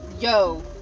Yo